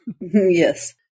Yes